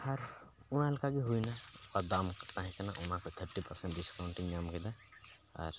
ᱟᱨ ᱚᱱᱟ ᱞᱮᱠᱟᱜᱮ ᱦᱩᱭᱱᱟ ᱟᱨ ᱫᱟᱢ ᱛᱟᱦᱮᱸ ᱠᱟᱱᱟ ᱚᱱᱟ ᱜᱮ ᱛᱷᱟᱨᱴᱤ ᱯᱟᱨᱥᱮᱱᱴ ᱰᱤᱥᱠᱟᱣᱩᱱᱴ ᱤᱧ ᱧᱟᱢ ᱠᱮᱫᱟ ᱟᱨ